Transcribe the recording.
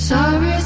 Sorry